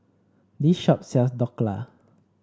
this shop sells Dhokla